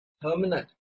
permanent